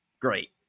great